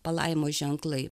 palaimos ženklai